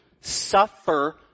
suffer